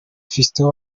fiston